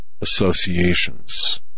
associations